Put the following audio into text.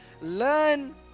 learn